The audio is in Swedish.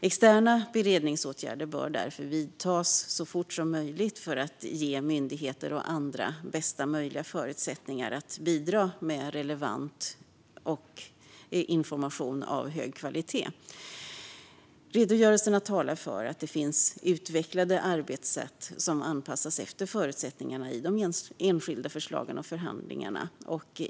Externa beredningsåtgärder bör därför vidtas så fort som möjligt för att ge myndigheter och andra bästa möjliga förutsättningar att bidra med relevant information av hög kvalitet. Redogörelserna talar för att det finns utvecklade arbetssätt som anpassas efter förutsättningarna i de enskilda förslagen och förhandlingarna.